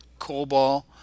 COBOL